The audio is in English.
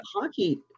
hockey